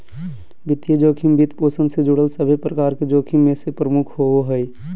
वित्तीय जोखिम, वित्तपोषण से जुड़ल सभे प्रकार के जोखिम मे से प्रमुख होवो हय